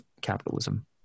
capitalism